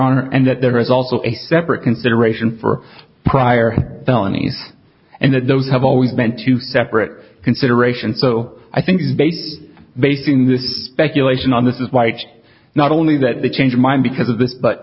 honor and that there is also a separate consideration for prior felonies and that those have always been to separate considerations so i think basing this speculation on this is why it's not only that the change of mind because of this but